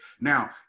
Now